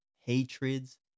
hatreds